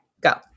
Go